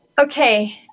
Okay